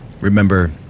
Remember